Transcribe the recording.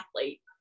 athlete